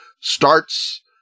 starts